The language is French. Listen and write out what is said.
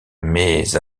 mais